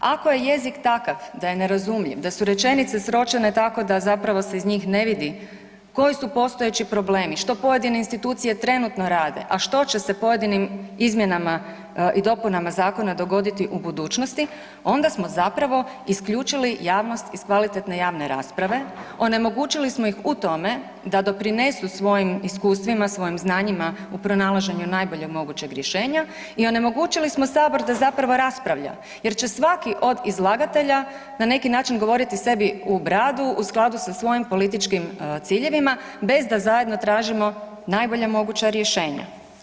Ako je jezik takav da je nerazumljiv, da su rečenice sročene tako da zapravo se iz njih ne vidi koji su postojeći problemi, što trenutne institucije trenutno rade, a što će se pojedinim izmjenama i dopunama zakona dogoditi u budućnosti, onda smo zapravo isključili javnost iz kvalitetne javne rasprave, onemogućili smo ih u tome da doprinesu svojim iskustvima, svojim znanjima, u pronalaženju najboljeg mogućeg rješenja i onemogućili smo Sabor da zapravo raspravlja jer će svaki od izlagatelja na neki način govoriti sebi u bradu u skladu sa svojim političkim ciljevima, bez da zajedno tražimo najbolja moguća rješenja.